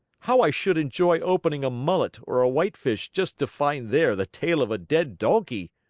how i should enjoy opening a mullet or a whitefish just to find there the tail of a dead donkey!